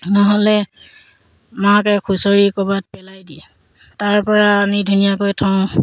নহ'লে মাকে খুঁচৰি ক'ৰবাত পেলাই দিয়ে তাৰপৰা আনি ধুনীয়াকৈ থওঁ